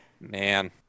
Man